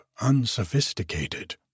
unsophisticated